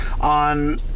on